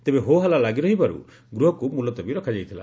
ତେବେ ହୋହାଲ୍ଲା ଲାଗିରହିବାରୁ ଗୃହକୁ ମୁଲତବୀ ରଖାଯାଇଥିଲା